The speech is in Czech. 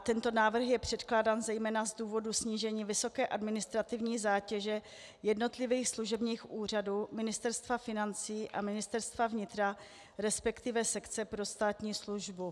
Tento návrh je předkládán zejména z důvodu snížení vysoké administrativní zátěže jednotlivých služebních úřadů Ministerstva financí a Ministerstva vnitra, resp. sekce pro státní službu.